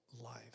life